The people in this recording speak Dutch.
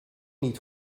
niet